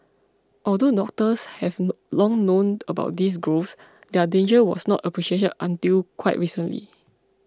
although doctors have long known about these growths their danger was not appreciated until quite recently